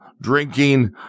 drinking